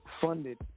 funded